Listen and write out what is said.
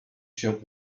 się